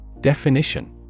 Definition